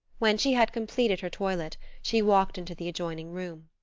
when she had completed her toilet she walked into the adjoining room.